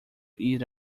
eat